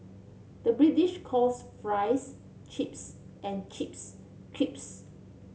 the British calls fries chips and chips